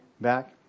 back